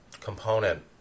component